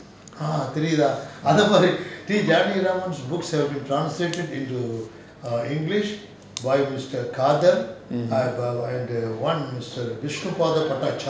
mm mm